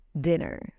dinner